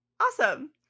Awesome